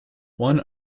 one